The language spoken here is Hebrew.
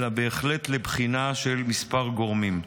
אלא בהחלט לבחינה של כמה גורמים.